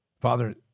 Father